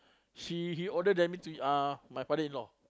she he order the my uh father-in-law